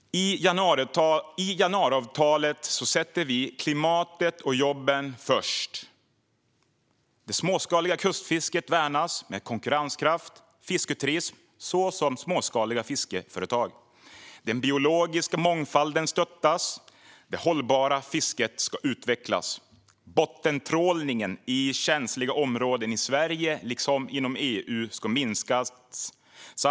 I januariavtalet sätter vi klimatet och jobben först. Det småskaliga kustfisket värnas med konkurrenskraft och fisketurism, såsom småskaliga fiskeföretag. Den biologiska mångfalden stöttas. Det hållbara fisket ska utvecklas. Bottentrålningen i känsliga områden i Sverige, liksom inom EU, ska minskas.